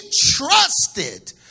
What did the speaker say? trusted